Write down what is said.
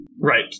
Right